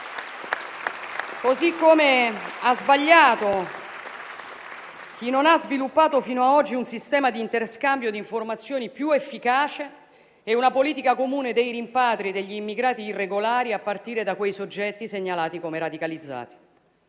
Così come ha sbagliato chi non ha sviluppato fino a oggi un sistema di interscambio di informazioni più efficace e una politica comune dei rimpatri degli immigrati irregolari, a partire da quei soggetti segnalati come radicalizzati.